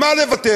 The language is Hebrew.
על מה לוותר?